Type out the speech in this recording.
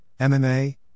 MMA